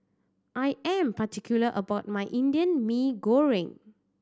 I am particular about my Indian Mee Goreng